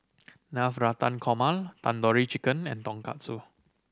Navratan Korma Tandoori Chicken and Tonkatsu